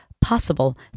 possible